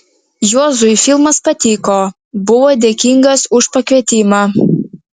juozui filmas patiko buvo dėkingas už pakvietimą